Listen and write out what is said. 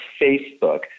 Facebook